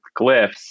glyphs